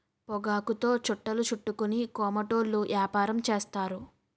పొగాకుతో చుట్టలు చుట్టుకొని కోమటోళ్ళు యాపారం చేస్తారు